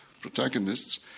protagonists